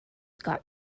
got